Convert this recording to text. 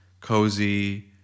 cozy